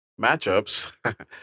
matchups